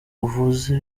uvuze